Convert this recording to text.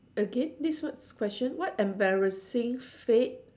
again this whats question what embarrassing fad